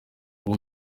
ubu